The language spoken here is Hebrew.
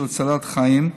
של הצלת חיים,